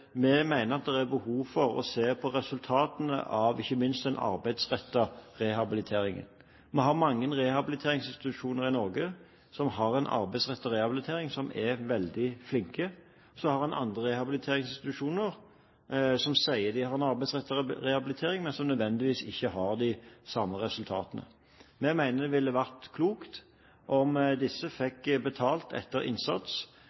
vi mener at det er behov for å se på resultatene ikke minst av den arbeidsrettede rehabiliteringen. Vi har mange rehabiliteringsinstitusjoner i Norge som har en arbeidsrettet rehabilitering, som er veldig flinke. Så har vi andre rehabiliteringsinstitusjoner som sier at de har en arbeidsrettet rehabilitering, men som nødvendigvis ikke har de samme resultatene. Vi mener det ville vært klokt om disse fikk betalt etter innsats,